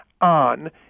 on